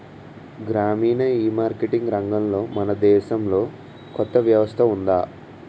గ్రామీణ ఈమార్కెటింగ్ రంగంలో మన దేశంలో కొత్త వ్యవస్థ ఉందా?